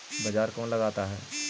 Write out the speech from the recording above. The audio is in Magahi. बाजार कौन लगाता है?